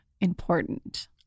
important